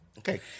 Okay